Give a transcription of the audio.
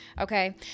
Okay